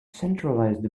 centralized